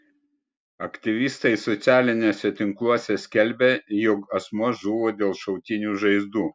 aktyvistai socialiniuose tinkluose skelbia jog asmuo žuvo dėl šautinių žaizdų